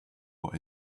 what